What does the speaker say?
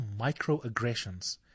microaggressions